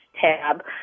tab